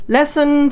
Lesson